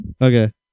Okay